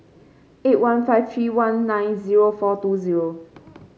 eight one five three one nine zero four two zero